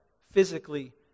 physically